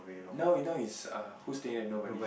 now now is err who stay there nobody